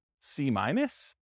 C-minus